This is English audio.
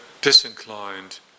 disinclined